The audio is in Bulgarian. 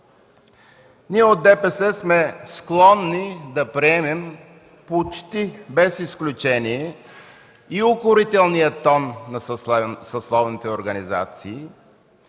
Ние от ДПС сме склонни да приемем почти без изключение и укорителния тон на съсловните организации